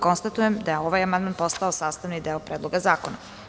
Konstatujem da je ovaj amandman postao sastavni deo Predloga zakona.